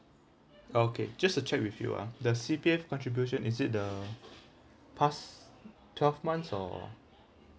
okay just a check with you ah the C_P_F contribution is it the past twelve months or